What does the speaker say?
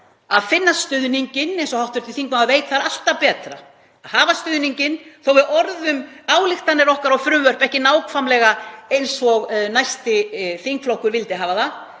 að finna stuðninginn. Eins og hv. þingmaður veit er alltaf betra að hafa stuðninginn. Þó að við orðum ályktanir okkar og frumvörp ekki nákvæmlega eins og næsti þingflokkur vildi hafa það